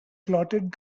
clotted